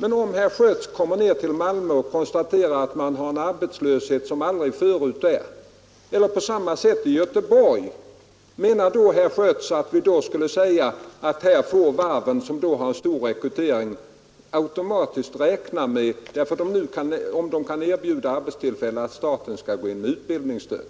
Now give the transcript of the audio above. Om herr Schött kommer ner till Malmö eller Göteborg och konstaterar att man där har en arbetslöshet långt större än vanligt, menar då herr Schött att vi skall säga att här kan varven, som har en stor rekrytering, automatiskt räkna med att staten går in med utbildningsstöd?